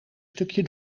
stukje